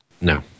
no